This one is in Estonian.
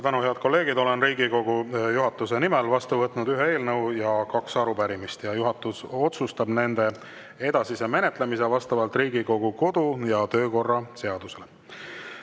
tänu! Head kolleegid! Olen Riigikogu juhatuse nimel vastu võtnud ühe eelnõu ja kaks arupärimist. Juhatus otsustab nende edasise menetlemise vastavalt Riigikogu kodu‑ ja töökorra seadusele.